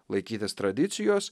laikytis tradicijos